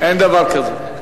אמרתי, אין דבר כזה.